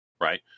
right